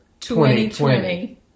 2020